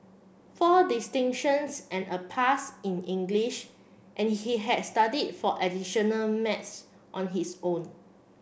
four distinctions and a pass in English and he had studied for additional maths on his own